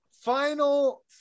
Final